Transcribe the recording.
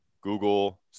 Google